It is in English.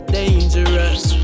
dangerous